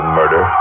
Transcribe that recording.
murder